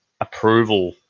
approval